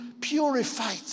purified